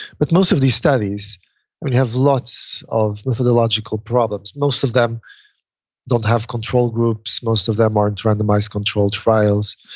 but most of these studies, when you have lots of methodological problems, most of them don't have control groups, most of them aren't randomized controlled trials.